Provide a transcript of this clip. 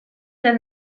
del